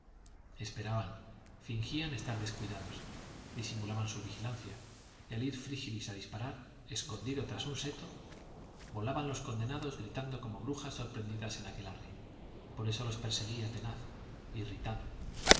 esperaban fingían estar descuidados disimulaban su vigilancia y al ir frígilis a disparar escondido tras un seto volaban los condenados gritando como brujas sorprendidas en aquelarre por eso los perseguía tenaz irritado